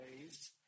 ways